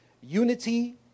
unity